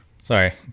sorry